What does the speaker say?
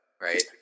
right